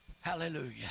Hallelujah